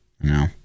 no